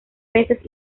peces